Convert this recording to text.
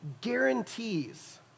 guarantees